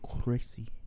crazy